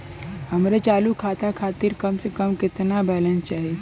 हमरे चालू खाता खातिर कम से कम केतना बैलैंस चाही?